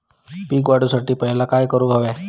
पीक वाढवुसाठी पहिला काय करूक हव्या?